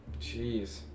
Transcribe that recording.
Jeez